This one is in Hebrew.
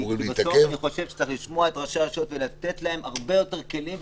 בסוף אני חושב שצריך לשמוע את ראשי הרשויות ולתת להם הרבה יותר כלים.